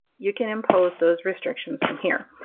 you can impose those restrictions from here,